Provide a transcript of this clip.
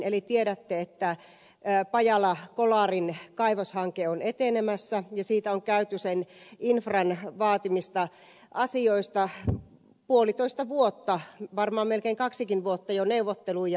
eli tiedätte että pajalakolarin kaivoshanke on etenemässä ja siitä on käyty sen infran vaatimista asioista puolitoista vuotta varmaan melkein jo kaksikin vuotta neuvotteluja